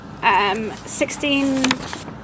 16